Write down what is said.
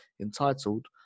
entitled